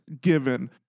given